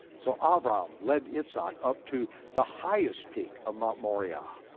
so abram led yitzhak up to the highest peak of mount moriah,